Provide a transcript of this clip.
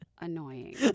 Annoying